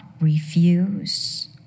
refuse